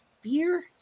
fear